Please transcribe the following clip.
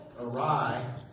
awry